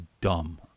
dumb